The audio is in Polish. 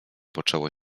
poczęło